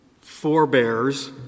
forebears